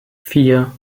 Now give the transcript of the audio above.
vier